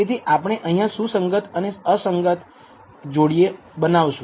તેથી આપણે અહીંયા સુસંગત અને અસંગત જોડિઓ બનાવશું